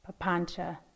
papancha